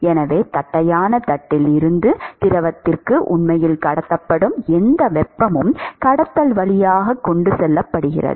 எனவே தட்டையான தட்டில் இருந்து திரவத்திற்கு உண்மையில் கடத்தப்படும் எந்த வெப்பமும் கடத்தல் வழியாக கொண்டு செல்லப்படுகிறது